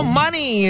money